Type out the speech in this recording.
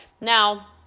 Now